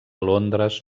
londres